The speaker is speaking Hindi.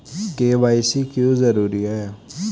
के.वाई.सी क्यों जरूरी है?